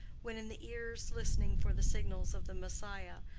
when in the ears listening for the signals of the messiah,